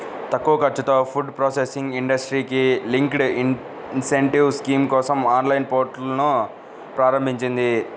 తక్కువ ఖర్చుతో food processing ఇండస్ట్రీకి లింక్డ్ ఇన్సెంటివ్ స్కీమ్ కోసం ఆన్లైన్ పోర్టల్ను ప్రారంభించింది